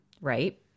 Right